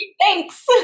Thanks